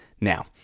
Now